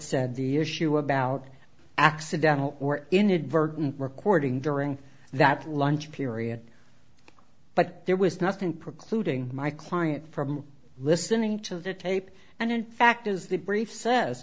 said the issue about accidental or inadvertent recording during that lunch period but there was nothing precluding my client from listening to the tape and in fact is the brief says